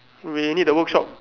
we need the workshop